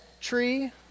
tree